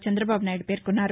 చందబాబు నాయుడు పేర్కొన్నారు